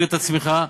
מדייק.